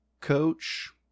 coach